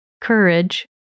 courage